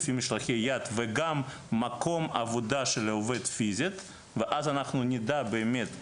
לפי משלחי יד וגם מקום עבודה של העובד פיזית ואז אנחנו נדע באמת,